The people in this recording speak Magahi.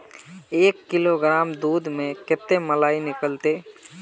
एक किलोग्राम दूध में कते मलाई निकलते?